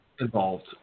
involved